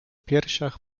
piersiach